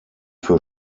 für